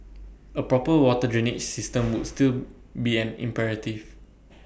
A proper water drainage system would still be an imperative